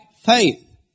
faith